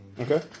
Okay